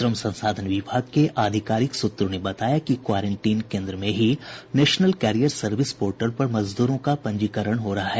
श्रम संसाधन विभाग के आधिकारिक सूत्रों ने बताया कि क्वारेंटीन केन्द्र में ही नेशनल कैरियर सर्विस पोर्टल पर मजदूरों का पंजीकरण हो रहा है